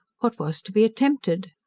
what was to be attempted?